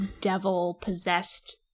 devil-possessed